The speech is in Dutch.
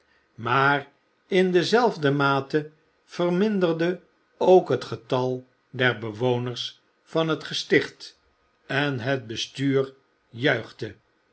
maar in dezelfde mate verminderde ook het getal der bewoners van het gesticht en het bestuur